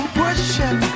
pushing